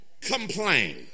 complain